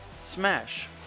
smash